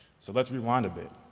so let's rewind a bit,